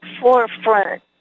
forefront